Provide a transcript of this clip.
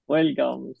Welcome